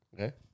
Okay